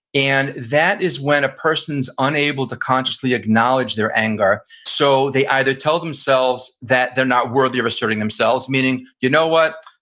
and that is when a person's unable to consciously acknowledge their anger, so they either tell themselves that they're not worthy of asserting themselves, meaning you know what,